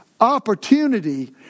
opportunity